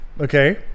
Okay